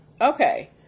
Okay